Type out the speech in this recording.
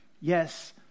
yes